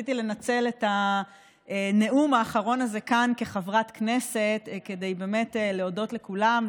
רציתי לנצל את הנאום האחרון הזה כאן כחברת כנסת כדי באמת להודות לכולם,